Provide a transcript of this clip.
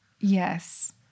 Yes